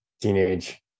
teenage